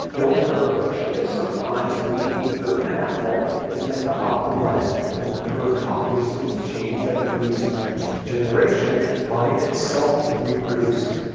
built around the notion that sometimes the behavior of an animal is meant to optimize the number of copies of its genes that it leaves in the next generation by itself reproducing.